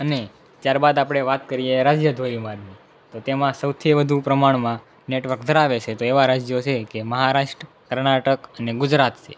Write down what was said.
અને ત્યાર બાદ આપણે વાત કરીએ રાજ્ય ધોરી માર્ગની તો તેમાં સૌથી વધુ પ્રમાણમાં નેટવર્ક ધરાવે છે તો એવા રાજ્યો છે કે મહારાષ્ટ્ર કર્ણાટક અને ગુજરાત છે